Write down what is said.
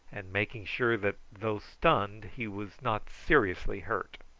and making sure that though stunned he was not seriously hurt.